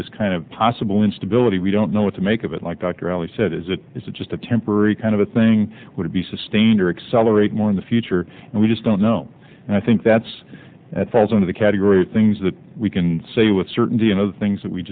this kind of possible instability we don't know what to make of it like dr ali said is it is a just a temporary kind of a thing would be sustained or accelerate more in the future and we just don't know and i think that's at falls under the category of things that we can say with certainty and other things